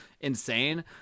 insane